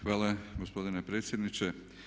Hvala gospodine predsjedniče.